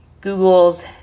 Google's